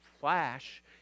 flash